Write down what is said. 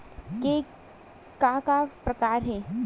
के का का प्रकार हे?